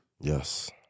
Yes